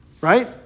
right